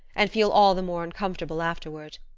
and feel all the more uncomfortable afterward.